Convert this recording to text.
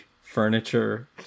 furniture